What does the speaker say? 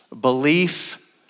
belief